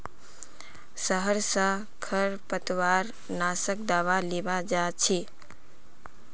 शहर स खरपतवार नाशक दावा लीबा जा छि